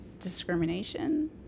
discrimination